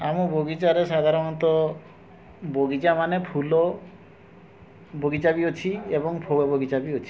ଆମ ବଗିଚାରେ ସାଧାରଣତଃ ବଗିଚା ମାନେ ଫୁଲ ବଗିଚା ବି ଅଛି ଏବଂ ଫଳ ବଗିଚା ବି ଅଛି